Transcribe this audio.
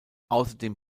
außerdem